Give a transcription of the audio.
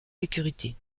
sécurité